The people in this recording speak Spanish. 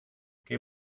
que